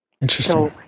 Interesting